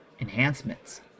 enhancements